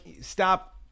stop